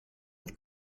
with